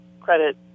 credit